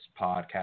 podcast